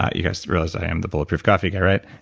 ah you guys realize i am the bulletproof coffee guy, right?